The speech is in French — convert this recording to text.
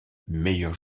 meilleur